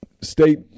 State